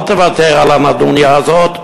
אל תוותר על הנדוניה הזאת.